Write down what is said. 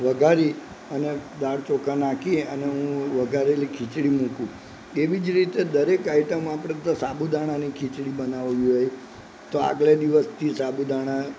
વઘારી અને દાળ ચોખા નાખી અને હું વઘારેલી ખીચડી મૂકું તેવી જ રીતે દરેક આઈટમ આપણે તો સાબુદાણાની ખીચડી બનાવવી હોય તો આગલે દિવસથી સાબુદાણા